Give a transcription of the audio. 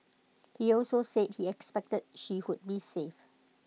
he also said he expected she would be saved